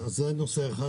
זה נושא אחד.